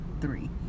three